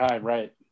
right